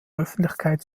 öffentlichkeit